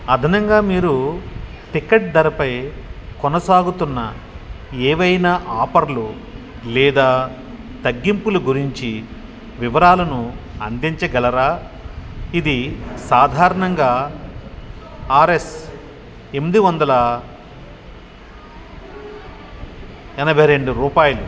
అదనంగా మీరు టికెట్ ధరపై కొనసాగుతున్న ఏవైనా ఆఫర్లు లేదా తగ్గింపులు గురించి వివరాలను అందించగలరా ఇది సాధారణంగా ఆర్ఎస్ ఎనిమిది వందల ఎనభై రెండు రూపాయలు